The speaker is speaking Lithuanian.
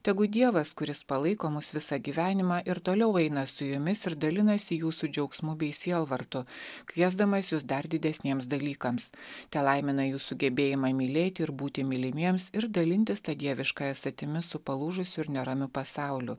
tegu dievas kuris palaiko mus visą gyvenimą ir toliau eina su jumis ir dalinasi jūsų džiaugsmu bei sielvartu kviesdamas jus dar didesniems dalykams telaimina jų sugebėjimą mylėti ir būti mylimiems ir dalintis ta dieviškąja esatimi su palūžusiu ir neramiu pasauliu